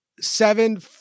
Seven